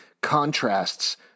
contrasts